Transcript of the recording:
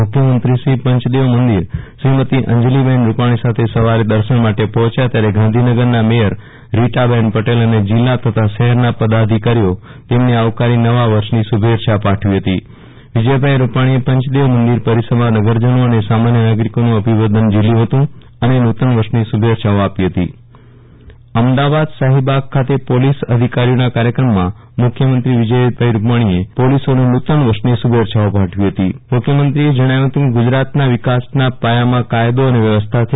મુખ્યમંત્રીશ્રી પંચદેવ મંદિર શ્રીમતી અંજલિ બહેન રૂપાણી સાથે સવારે દર્શન માટે પહોય્યા ત્યારે ગાંધીનગર ના મેયર રીટા બહેન પટેલ અને જિલ્લા તથા શહેરના પદાધિકારીઓએ તેમને આવકારી નવા વર્ષ ની શુ ભેચ્છા પાઠવી હતી વિજય ભાઈ રૂપાણી એ પંચદેવ મંદિર પરિસરમાં નગરજનો અને સામાન્ય નાગરિકોનું અભિવાદન ઝીલ્યું હતું અને નુ તન વર્ષ ની શુ ભેચ્છાઓ આપી હતી વિરલ રાણા મુ ખ્યમંત્રી પોલીસ અધિકારીઓ અમદાવાદશાઠીબાગ ખાતે પોલીસ અધિકારીઓના કાર્યક્રમમાં મુખ્યમંત્રી વિજય રૂપાણીએ પોલીસોને નુતન વર્ષની શુભેચ્છા પાઠવી હતી મુખ્યમંત્રી શ્રી વિજયભાઈ રૂપાણીએ જણાવ્યુ કેગુજરાતના વિકાસના પાયામાં કાયદો અને વ્યવસ્થા છે